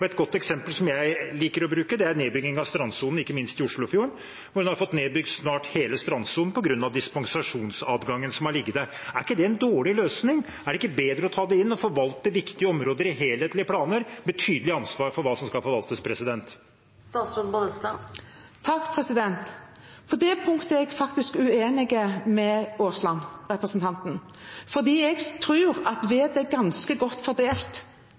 Et godt eksempel som jeg liker å bruke, er nedbyggingen av strandsonen i Oslofjorden, hvor en snart har fått nedbygd hele strandsonen på grunn av dispensasjonsadgangen som har ligget der. Er ikke det en dårlig løsning? Er det ikke bedre å ta det inn og forvalte viktige områder i helhetlige planer med tydelig ansvar for hva som skal forvaltes? På det punktet er jeg faktisk uenig med representanten Aasland. Jeg tror at vettet er ganske godt fordelt.